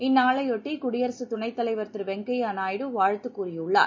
இந்நாளையொட்டி குடியரசுத் துணைத் தலைவர் திரு வெங்கய்யா நாயுடு வாழ்த்து கூறியுள்ளார்